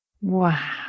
Wow